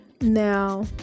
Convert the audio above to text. Now